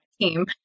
team